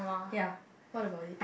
ya what about it